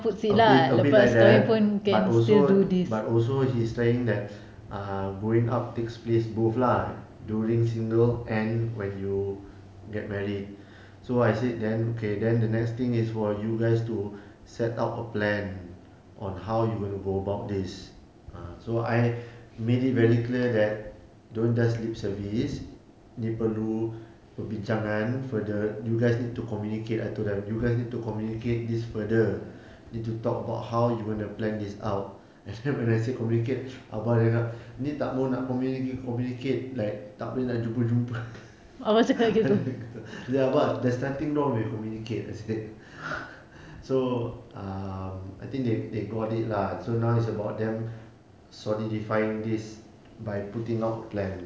a bit a bit like that but also but also he's trying that uh growing up takes place both lah during single and when you get married so I said then okay then the next thing is for you guys to set out a plan on how you gonna go about this ah so I made it very clear that don't just lip service dia perlu perbincangan further you guys need to communicate I told them you guys need to communicate this further need to talk about how you gonna plan this out and then when I say communicate abah dengar ini tak mahu communicate communicate like tak boleh nak jumpa jumpa abah there's nothing wrong with communicate I said so um I think they got it lah so now it's about them solidifying this by putting out a plan